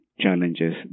challenges